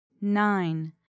nine